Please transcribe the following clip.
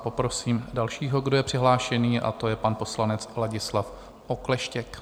Poprosím dalšího, kdo je přihlášený, a to je pan poslanec Ladislav Okleštěk.